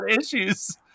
issues